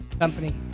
company